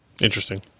Interesting